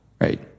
right